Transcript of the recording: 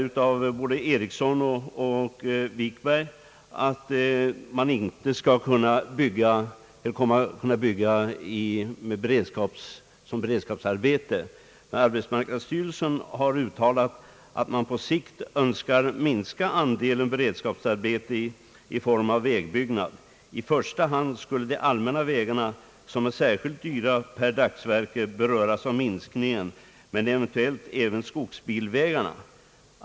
Både herr Eriksson och herr Wikberg har här gjort gällande att man inte skul le kunna bygga skogsbilvägar som beredskapsarbete. Arbetsmarknadsstyrelsen har uttalat att man på sikt önskar minska andelen beredskapsarbete i form av vägbyggnad. I första hand skulle de allmänna vägarna, som är särskilt dyra per dagsverke, beröras av minskningen, men eventuellt även skogsbilvägarna.